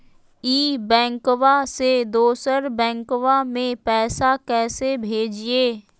ई बैंकबा से दोसर बैंकबा में पैसा कैसे भेजिए?